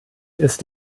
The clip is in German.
ist